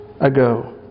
ago